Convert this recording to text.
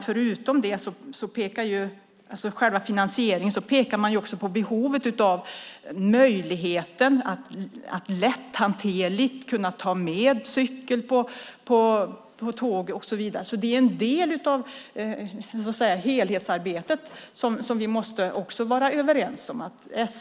Förutom det pekar man på behovet av att lätthanterligt kunna ta med cykeln på tåg och så vidare. Det är en del av helhetsarbetet som vi måste vara överens om.